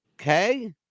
Okay